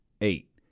eight